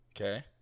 Okay